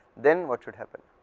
then what should happen